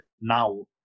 now